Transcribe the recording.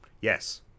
Yes